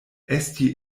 esti